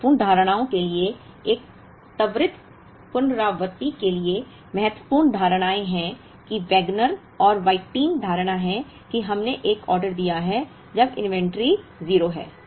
इसलिए महत्वपूर्ण धारणाओं के लिए एक त्वरित पुनरावृत्ति के लिए महत्वपूर्ण धारणाएं हैं कि वैगनर और व्हिटिन धारणा है कि हमने एक ऑर्डर दिया है जब इन्वेंट्री 0 है